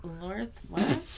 northwest